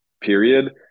period